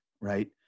right